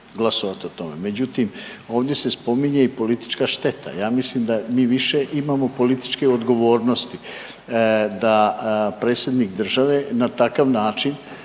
Međutim, ovdje se spominje i politička šteta. Ja mislim da mi više imao političke odgovornosti da predsjednik države na takav način